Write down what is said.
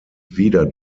wieder